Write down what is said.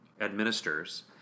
administers